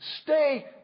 Stay